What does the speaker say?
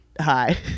hi